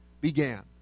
began